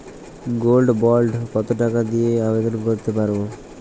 Gold bond কত টাকা দিয়ে আবেদন করতে পারবো?